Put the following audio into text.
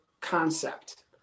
concept